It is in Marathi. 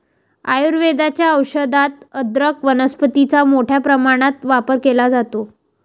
आयुर्वेदाच्या औषधात अदरक वनस्पतीचा मोठ्या प्रमाणात वापर केला जातो